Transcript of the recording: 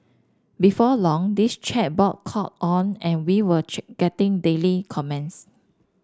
before long this chat board caught on and we were getting daily comments